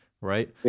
right